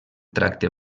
tracte